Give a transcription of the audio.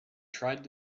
tried